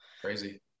crazy